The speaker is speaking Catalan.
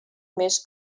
més